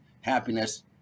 happiness